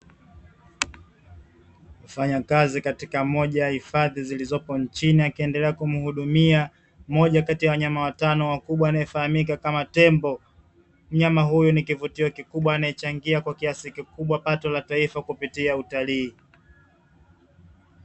Wafanyakazi katika moja ya hifadhi zilizopo nchini akiendelea kumhudhumia moja kati ya wanyama watano wakubwa anayefahamika kama Tembo. Mnyama huyu ni kivutio kikubwa anayechangia kwa kiasi kikubwa pato la taifa kupitia utalii.